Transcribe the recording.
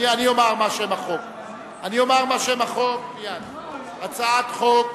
אני אומר מה שם החוק: הצעת חוק